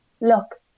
Look